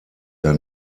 der